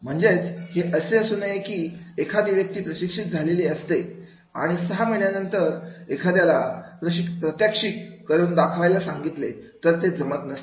म्हणजेच हे असं असू नये की एखादी व्यक्ती प्रशिक्षित झालेली असते आणि सहा महिन्यानंतर एखाद्याला प्रात्यक्षिक करून दाखवायला सांगितले तर ते जमत नसते